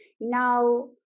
Now